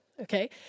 okay